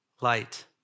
Light